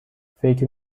فکر